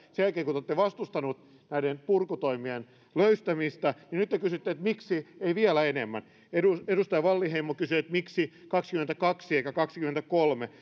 sen jälkeen kun te olette vastustaneet näiden purkutoimien löystämistä te kysytte että miksi ei vielä enemmän edustaja wallinheimo kysyi että miksi kaksikymmentäkaksi eikä kaksikymmentäkolme